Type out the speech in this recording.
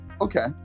Okay